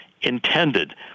intended